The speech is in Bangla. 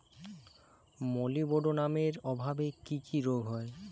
মলিবডোনামের অভাবে কি কি রোগ হয়?